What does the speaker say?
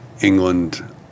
England